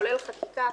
כולל חקיקה,